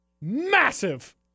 massive